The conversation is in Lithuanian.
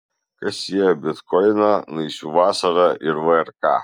kas sieja bitkoiną naisių vasarą ir vrk